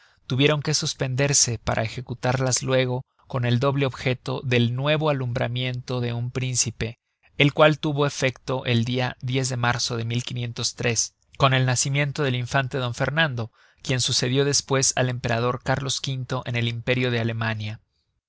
tuvieron que suspenderse para ejecutarlas luego con el doble objeto del nuevo alumbramiento de un príncipe el cual tuvo efecto el dia de marzo de con el nacimiento del infante don fernando quien sucedió despues al emperador cárlos v en el imperio de alemania